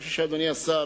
ואני חושב, אדוני השר,